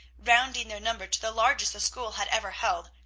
rounding their number to the largest the school had ever held,